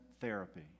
therapy